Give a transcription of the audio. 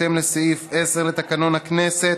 בהתאם לסעיף 10 לתקנון הכנסת,